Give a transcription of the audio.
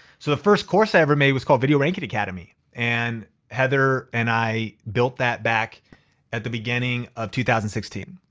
so the first course i ever made was called video ranking academy. and heather and i built that back at the beginning of two thousand and sixteen.